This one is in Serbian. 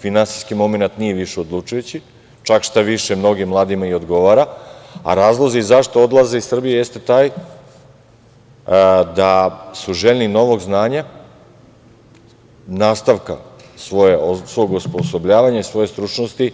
Finansijski momenat nije više odlučujući, čak šta više, mnogim mladima i odgovara, a razlozi zašto odlaze iz Srbije jeste taj da su željni novog znanja, nastavka svog osposobljavanja i svoje stručnosti,